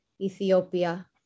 Ethiopia